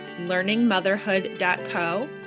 learningmotherhood.co